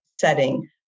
Setting